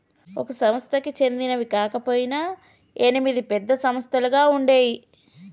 ఒక సంస్థకి చెందినవి కాకపొయినా ఎనిమిది పెద్ద సంస్థలుగా ఉండేయ్యి